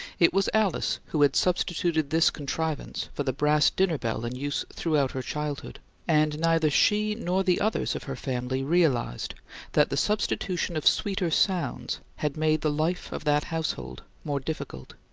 it was alice who had substituted this contrivance for the brass dinner-bell in use throughout her childhood and neither she nor the others of her family realized that the substitution of sweeter sounds had made the life of that household more difficult.